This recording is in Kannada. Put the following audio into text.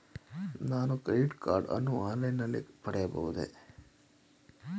ನಾನು ಕ್ರೆಡಿಟ್ ಕಾರ್ಡ್ ಅನ್ನು ಆನ್ಲೈನ್ ನಲ್ಲಿ ಪಡೆಯಬಹುದೇ?